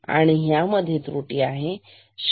आणि ह्या मध्ये त्रुटी असेल 0